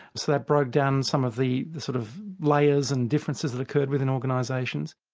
so that broke down some of the sort of layers and differences that occurred within organisations.